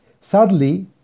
Sadly